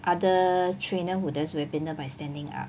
other trainers who does webinar by standing up